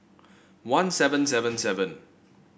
one seven seven seven